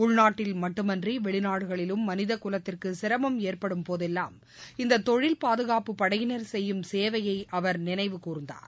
உள்நாட்டில் மட்டுமின்றி வெளிநாடுகளிலும் மனிதகுலத்திற்கு சிரமம் ஏற்படும் போதெல்லாம் இந்த தொழில பாதுகாப்பு படையினர் செய்யும் சேவையை நினைவு அவர் கூர்ந்தார்